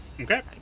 Okay